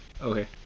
Okay